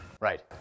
Right